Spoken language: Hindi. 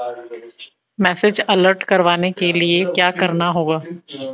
मैसेज अलर्ट करवाने के लिए क्या करना होगा?